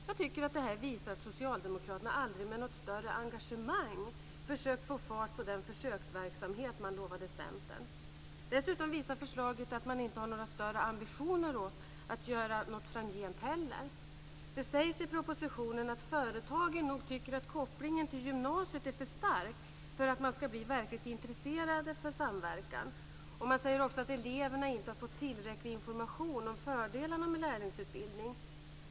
Jag tycker att det här visar att socialdemokraterna aldrig med något större engagemang försökt att få fart på den försöksverksamhet man lovade Centern. Dessutom visar förslaget att man inte har några större ambitioner att göra något framgent heller. Det sägs i propositionen att företag nog tycker att kopplingen till gymnasiet är för stark för att de ska bli verkligt intresserade av samverkan. Man säger också att eleverna inte har fått tillräcklig information om fördelarna med lärlingsutbildning.